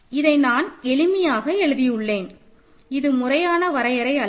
இதை நான் எளிமையாக எழுதியுள்ளேன் இது முறையான வரையறை அல்ல